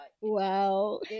Wow